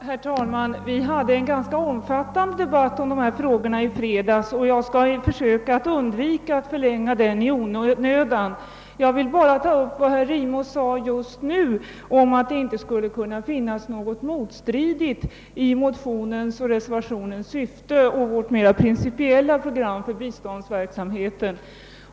Herr talman! Vi hade en ganska omfattande debatt om dessa frågor i fredags, och jag skall därför försöka undvika att förlänga denna debatt i onödan. Jag vill bara bemöta vad herr Rimås sade just nu om att det inte skulle finnas någonting motstridigt i motionens och reservationens syfte och vårt mera principiella program för biståndsverksamheten.